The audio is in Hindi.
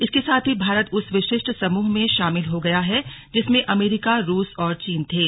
इसके साथ ही भारत उस विशिष्ट समूह में शामिल हो गया है जिसमें अमेरिका रूस और चीन थे